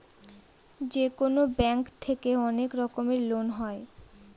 যেকোনো ব্যাঙ্ক থেকে অনেক রকমের লোন হয়